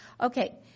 Okay